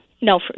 No